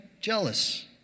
Jealous